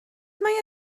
mae